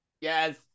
Yes